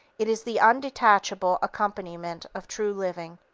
it is the undetachable accompaniment of true living.